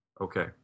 Okay